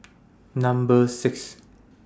Number six